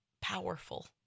powerful